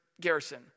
garrison